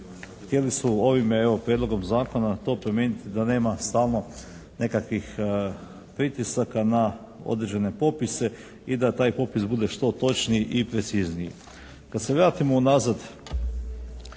htjeli su ovime evo prijedlogom zakona to promijeniti da nema stalnog nekakvih pritisaka na određene popise i da taj popis bude što točniji i precizniji. Kad se vratimo unazad